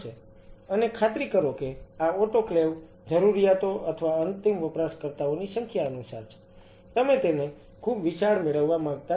અને ખાતરી કરો કે આ ઓટોક્લેવ જરૂરિયાતો અથવા અંતિમ વપરાશકર્તાઓની સંખ્યા અનુસાર છે તમે તેને ખૂબ વિશાળ મેળવવા માંગતા નથી